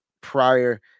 prior